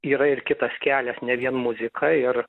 yra ir kitas kelias ne vien muzika ir